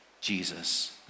Jesus